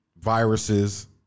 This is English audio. viruses